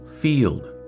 Field